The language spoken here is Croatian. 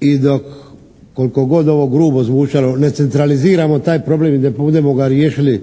i dok koliko god ovo grubo zvučalo ne centraliziramo taj problem i ne budemo ga riješili